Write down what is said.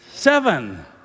seven